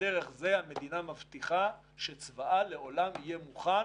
דרך זה המדינה מבטיחה שצבאה לעולם יהיה מוכן